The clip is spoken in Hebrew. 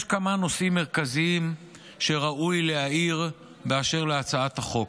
יש כמה נושאים מרכזיים שראוי להעיר באשר להצעת החוק.